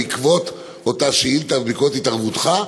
בעקבות אותה שאילתה ובעקבות התערבותך,